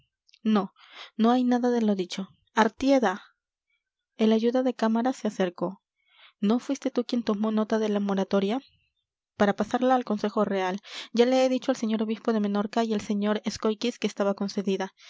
no no hay nada de lo dicho artieda el ayuda de cámara se acercó no fuiste tú quien tomó nota de la moratoria para pasarla al consejo real ya le he dicho al señor obispo de menorca y al señor escóiquiz que estaba concedida